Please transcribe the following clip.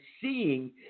seeing